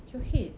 your head